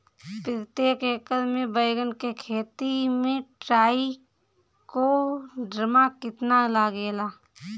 प्रतेक एकर मे बैगन के खेती मे ट्राईकोद्रमा कितना लागेला?